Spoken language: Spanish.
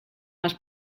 más